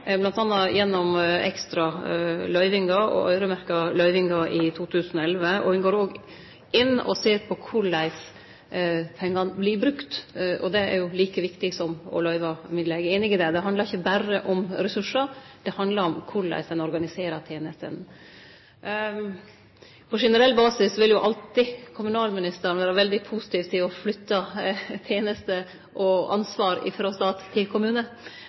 gjennom ekstra løyvingar og øyremerkte løyvingar i 2011. Ein går òg inn og ser på korleis pengane vert brukte, og det er jo like viktig som å løyve midlar. Eg er einig i det. Det handlar ikkje berre om ressursar, det handlar òg om korleis ein organiserer tenestene. På generell basis vil jo alltid kommunalministeren vere veldig positiv til å flytte tenester og ansvar frå stat til kommune.